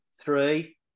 three